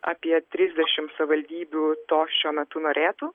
apie trisdešimt savivaldybių to šiuo metu norėtų